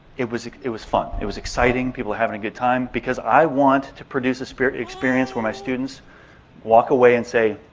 it was it was fun. it was exciting. people are having a good time. because i want to produce so an experience where my students walk away and say,